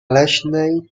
leśnej